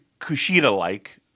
Kushida-like